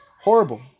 Horrible